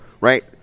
right